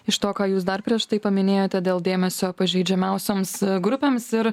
iš to ką jūs dar prieš tai paminėjote dėl dėmesio pažeidžiamiausioms grupėms ir